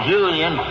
Julian